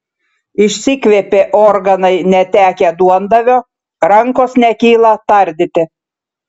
išsikvėpė organai netekę duondavio rankos nekyla tardyti